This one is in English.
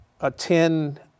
attend